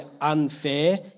unfair